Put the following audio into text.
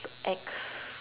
ex